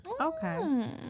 Okay